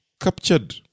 captured